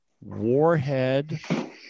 Warhead